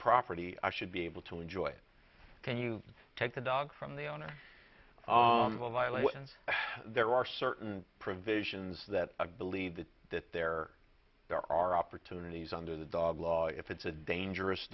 property i should be able to enjoy it can you take the dog from the owner and there are certain provisions that believe that that they're there are opportunities under the dog law if it's a dangerous